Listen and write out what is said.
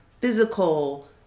physical